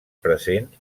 present